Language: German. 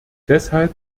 deshalb